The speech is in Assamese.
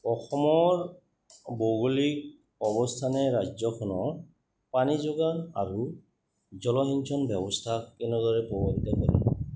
অসমৰ ভৌগোলিক অৱস্থানে ৰাজ্যখনৰ পানী যোগান আৰু জলসিঞ্চন ব্যৱস্থাক কেনেদৰে প্ৰভাৱিত কৰে